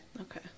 Okay